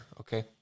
Okay